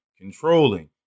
controlling